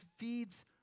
Feeds